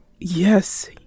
Yes